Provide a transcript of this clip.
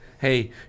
hey